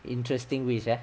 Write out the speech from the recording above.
interesting ways ya